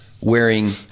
wearing